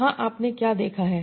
यहाँ आपने क्या देखा है